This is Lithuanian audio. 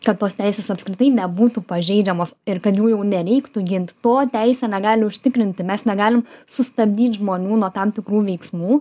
kad tos teisės apskritai nebūtų pažeidžiamos ir kad jų jau nereiktų gint to teisė negali užtikrinti mes negalim sustabdyt žmonių nuo tam tikrų veiksmų